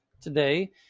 today